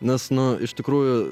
nes nu iš tikrųjų